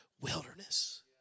wilderness